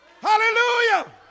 Hallelujah